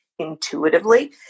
intuitively